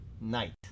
night